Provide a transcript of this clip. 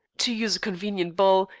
to use a convenient bull,